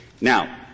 Now